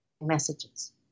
messages